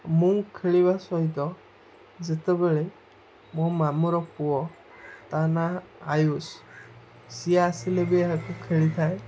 ମୁଁ ଖେଳିବା ସହିତ ଯେତେବେଳେ ମୋ ମାମୁଁର ପୁଅ ତା ନାଁ ଆୟୁଷ୍ ସିଏ ଆସିଲେ ବି ଏହାକୁ ଖେଳିଥାଏ